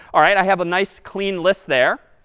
all right, i have a nice clean list there.